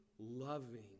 Loving